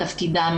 תפקידה,